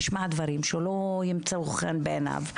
ישמע דברים שלא ימצאו חן בעיניו,